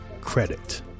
credit